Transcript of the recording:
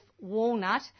walnut